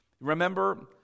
remember